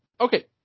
Okay